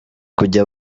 kujya